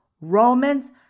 Romans